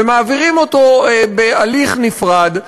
ומעבירים אותו בהליך נפרד.